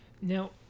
Now